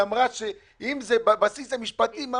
היא אמרה, אם זה בבסיס המשפטי,